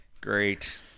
great